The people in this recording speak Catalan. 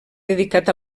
dedicat